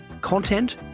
Content